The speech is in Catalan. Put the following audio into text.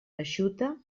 eixuta